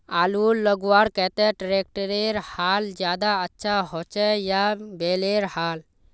आलूर लगवार केते ट्रैक्टरेर हाल ज्यादा अच्छा होचे या बैलेर हाल?